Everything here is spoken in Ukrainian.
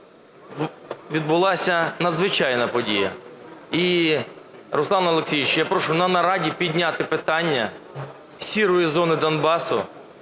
відбулася надзвичайна подія. І, Руслане Олексійовичу, я прошу на нараді підняти питання "сірої" зони Донбасу